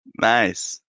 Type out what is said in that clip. Nice